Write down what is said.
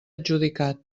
adjudicat